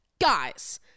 guys